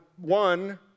one